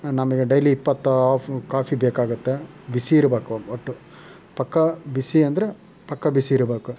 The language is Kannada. ನಮಗೆ ಡೈಲಿ ಇಪ್ಪತ್ತು ಆಫ್ ಕಾಫಿ ಬೇಕಾಗುತ್ತೆ ಬಿಸಿ ಇರ್ಬೇಕು ಒಟ್ಟು ಪಕ್ಕ ಬಿಸಿ ಅಂದರೆ ಪಕ್ಕ ಬಿಸಿ ಇರ್ಬೇಕು